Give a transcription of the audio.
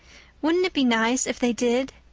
wouldn't it be nice if they did?